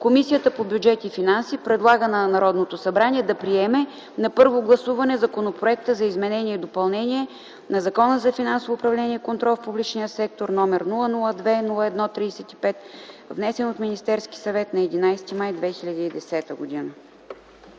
Комисията по бюджет и финанси предлага на Народното събрание да приеме на първо гласуване Законопроекта за изменение и допълнение на Закона за финансовото управление и контрол в публичния сектор, № 002 01 35, внесен от Министерския съвет на 11 май 2010 г.”